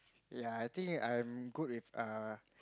yea I think I'm good with uh